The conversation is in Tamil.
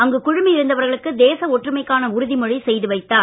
அங்கு குழுமி இருந்தவர்களுக்கு தேச ஒற்றுமைக்கான உறுதிமொழி செய்து வைத்தார்